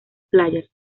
playas